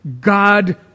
God